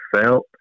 felt